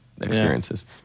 experiences